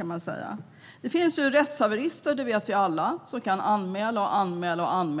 Vi vet alla att det finns rättshaverister som kan göra anmälan efter anmälan,